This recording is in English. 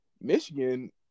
Michigan